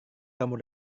kamu